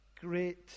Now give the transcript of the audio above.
great